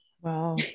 wow